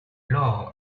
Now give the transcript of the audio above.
law